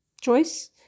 choice